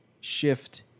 shift